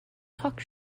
talk